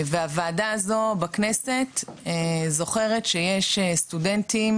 הוועדה הזו בכנסת זוכרת שיש סטודנטים